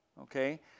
okay